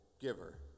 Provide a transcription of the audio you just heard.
giver